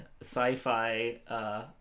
sci-fi